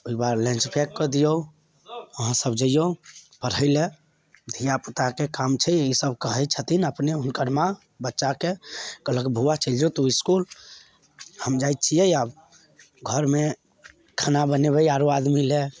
ओहिकबाद lunch pack कऽ दियौ अहाँ सब जैयौ पढ़ै लै धिआपुताके काम छै ई सब कहैत छथिन अपने हुनकर माँ बच्चाके कहलक बौआ चलि जो तु इसकूल हम जाइत छियै आब घरमे खाना बनेबै आरो आदमी लै